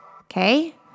Okay